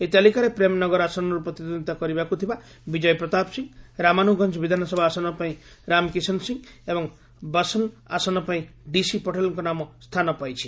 ଏହି ତାଲିକାରେ ପ୍ରେମ୍ନଗର ଆସନର୍ ପ୍ରତିଦ୍ୱନ୍ଦିତା କରିବାକୁ ଥିବା ବିଜୟ ପ୍ରତାପ ସିଂ ରାମାନୁଗଞ୍ଜ ବିଧାନସଭା ଆସନ ପାଇଁ ରାମକିଶୁନ୍ ସିଂ ଏବଂ ବସନ୍ ଆସନ ପାଇଁ ଡିସି ପଟେଲ୍ଙ୍କ ନାମ ସ୍ଥାନ ପାଇଛି